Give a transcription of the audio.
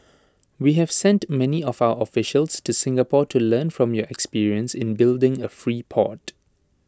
we have sent many of our officials to Singapore to learn from your experience in building A free port